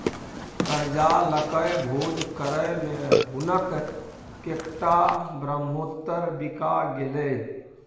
करजा लकए भोज करय मे हुनक कैकटा ब्रहमोत्तर बिका गेलै